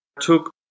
took